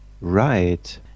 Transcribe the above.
Right